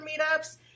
meetups